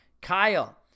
Kyle